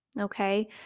okay